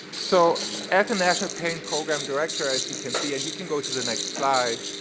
so, as a national pain program director as you can see and you can go to the next slide.